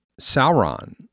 Sauron